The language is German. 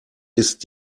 ist